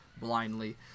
blindly